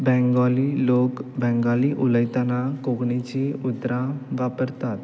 Bengali लोक बेंगाली उलयतना कोंकणीची उतरां वापरतात